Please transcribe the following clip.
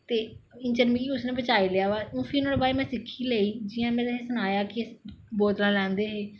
ते इ'यां जदूं मिगी कुसै नै बचाई लेआ फ्ही में नोहाड़े बाद सिक्खी गै लेई जि'यां में तुसेंगी सनाया कि बोलतां लैंदे हे